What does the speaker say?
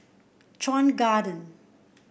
Chuan Garden